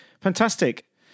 Fantastic